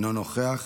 אינו נוכח.